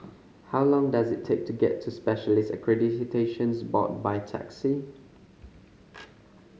how long does it take to get to Specialists Accreditation Board by taxi